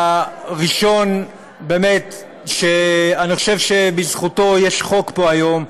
הראשון שאני חושב שבזכותו יש חוק פה היום,